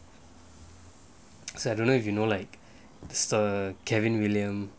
so I don't know if you know like sir kevin william